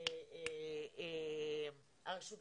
לא במסגרת